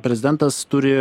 prezidentas turi